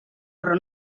però